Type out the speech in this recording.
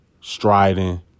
striding